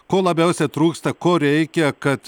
ko labiausiai trūksta ko reikia kad